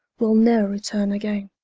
will ne're returne againe